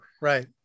Right